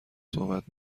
صحبت